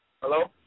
Hello